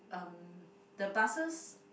um the buses